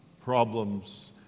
problems